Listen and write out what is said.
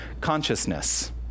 consciousness